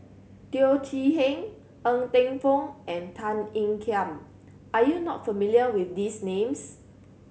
Teo Chee Hean Ng Teng Fong and Tan Ean Kiam are you not familiar with these names